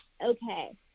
okay